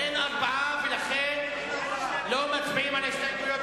אופיר הודיע שהוא מסיר את כל ההסתייגויות